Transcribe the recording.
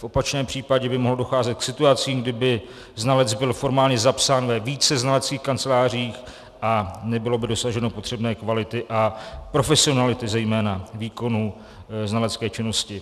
V opačném případě by mohlo docházet k situacím, kdy by znalec byl formálně zapsán ve více znaleckých kancelářích a nebylo by dosaženo potřebné kvality a profesionality zejména výkonu znalecké činnosti.